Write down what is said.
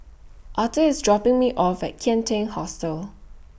Arthor IS dropping Me off At Kian Teck Hostel